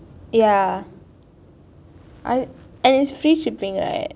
ya and it's free shipping right